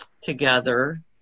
together